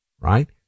right